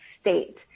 state